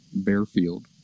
Bearfield